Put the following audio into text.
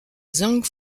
zhang